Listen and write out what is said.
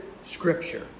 Scripture